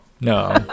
No